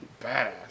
badass